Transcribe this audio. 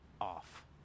off